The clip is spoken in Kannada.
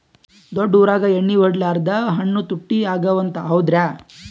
ದೊಡ್ಡ ಊರಾಗ ಎಣ್ಣಿ ಹೊಡಿಲಾರ್ದ ಹಣ್ಣು ತುಟ್ಟಿ ಅಗವ ಅಂತ, ಹೌದ್ರ್ಯಾ?